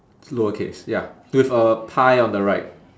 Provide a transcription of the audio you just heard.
lowercase ya with a pie on the right